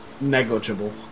Negligible